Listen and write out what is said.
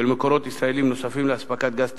מקורות ישראליים נוספים לאספקת גז טבעי,